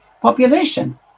population